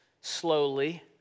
slowly